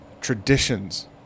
traditions